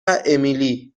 امیلی